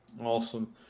Awesome